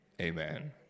Amen